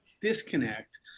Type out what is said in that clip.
disconnect